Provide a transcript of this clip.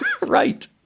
Right